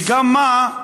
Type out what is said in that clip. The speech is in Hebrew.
וגם מה?